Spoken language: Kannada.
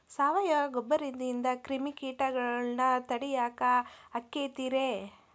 ಸಾವಯವ ಗೊಬ್ಬರದಿಂದ ಕ್ರಿಮಿಕೇಟಗೊಳ್ನ ತಡಿಯಾಕ ಆಕ್ಕೆತಿ ರೇ?